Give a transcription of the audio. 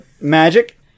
magic